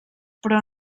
però